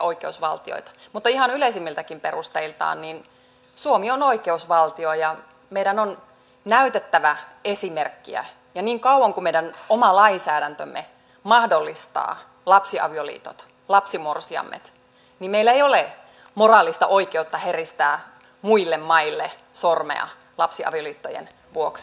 mutta ihan yleisimmiltäkin perusteiltaan suomi on oikeusvaltio ja meidän on näytettävä esimerkkiä ja niin kauan kuin meidän oma lainsäädäntömme mahdollistaa lapsiavioliitot lapsimorsiamet meillä ei ole moraalista oikeutta heristää muille maille sormea lapsiavioliittojen vuoksi